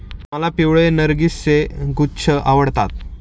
मला पिवळे नर्गिसचे गुच्छे आवडतात